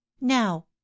now